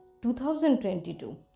2022